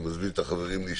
אני מזמין את החברים להשתתף.